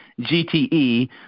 gte